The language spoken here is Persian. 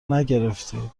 نگرفتی